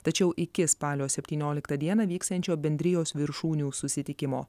tačiau iki spalio septynioliktą dieną vyksiančio bendrijos viršūnių susitikimo